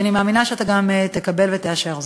ואני מאמינה שאתה גם תקבל ותאשר זאת.